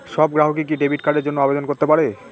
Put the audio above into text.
সব গ্রাহকই কি ডেবিট কার্ডের জন্য আবেদন করতে পারে?